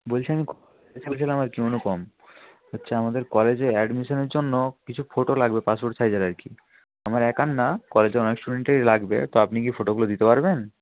বলছি আমি এসেছিলাম আর কি অনুপম আচ্ছা আমাদের কলেজে অ্যাডমিশনের জন্য কিছু ফটো লাগবে পাসপোর্ট সাইজের আর কি আমার একার না কলেজের অনেক স্টুডেন্টেরই লাগবে তো আপনি কি ফটোগুলো দিতে পারবেন